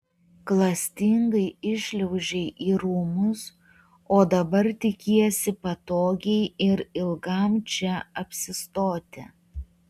klastingai įšliaužei į rūmus o dabar tikiesi patogiai ir ilgam čia apsistoti